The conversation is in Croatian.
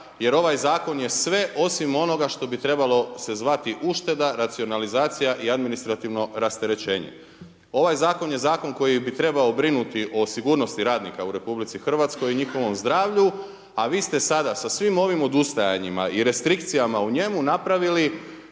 jer ovaj zakon je sve osim onoga što bi trebalo se zvati ušteda, racionalizacija i administrativno rasterećenje. Ovaj zakon je zakon koji bi trebao brinuti o sigurnosti radnika u RH i njihovom zdravlju a vi ste sada sa svim ovim odustajanjima i restrikcijama o njemu, napravili